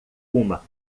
uma